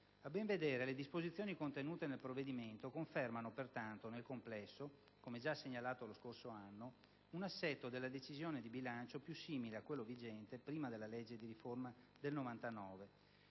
A ben vedere, le disposizioni contenute nel provvedimento confermano pertanto, nel complesso, come già segnalato lo scorso anno, un assetto della decisione di bilancio più simile a quello vigente prima della legge di riforma del 1999,